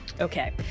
okay